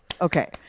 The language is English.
Okay